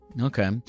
Okay